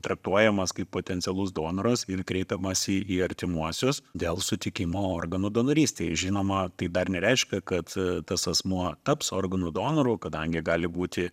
traktuojamas kaip potencialus donoras ir kreipiamasi į artimuosius dėl sutikimo organų donorystei žinoma tai dar nereiškia kad tas asmuo taps organų donoru kadangi gali būti